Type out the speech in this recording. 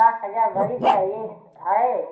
साठ हज़ार भरी चाहिए है